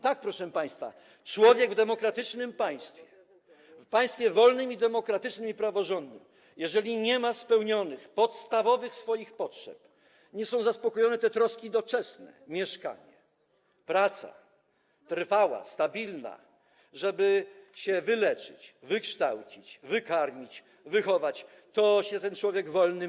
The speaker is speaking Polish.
Tak, proszę państwa, człowiek w demokratycznym państwie, w państwie wolnym, demokratycznym i praworządnym, jeżeli nie ma spełnionych podstawowych swoich potrzeb, nie są zaspokojone te troski doczesne - mieszkanie, praca trwała, stabilna, żeby móc się wyleczyć, wykształcić, wykarmić, wychować - nie czuje się człowiekiem wolnym.